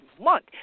Month